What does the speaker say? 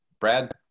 Brad